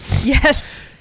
Yes